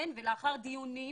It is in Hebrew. לאחר דיונים